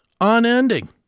unending